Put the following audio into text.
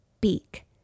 beak